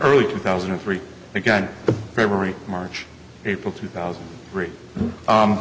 three two thousand and three again february march april two thousand three